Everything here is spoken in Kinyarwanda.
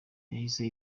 yahise